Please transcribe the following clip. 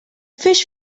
fish